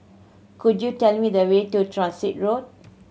could you tell me the way to Transit Road